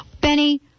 Benny